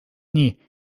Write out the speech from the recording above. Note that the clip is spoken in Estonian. nii